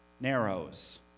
narrows